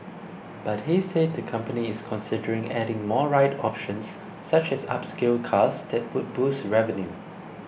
but he said the company is considering adding more ride options such as upscale cars that would boost revenue